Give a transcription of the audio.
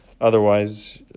Otherwise